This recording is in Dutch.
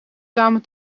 samen